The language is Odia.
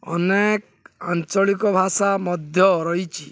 ଅନେକ ଆଞ୍ଚଳିକ ଭାଷା ମଧ୍ୟ ରହିଛି